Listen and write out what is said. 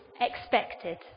expected